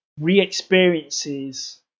re-experiences